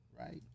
right